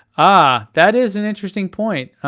ah, that is an interesting point.